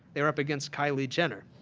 you're up against kylie jenner.